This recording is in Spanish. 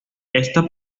esta